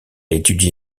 étudié